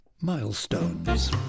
Milestones